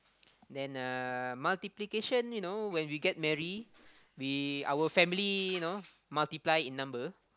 then uh multiplication you know when we get marry we our family you know multiply in number